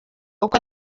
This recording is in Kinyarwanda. uko